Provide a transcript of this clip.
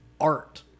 art